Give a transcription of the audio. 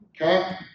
Okay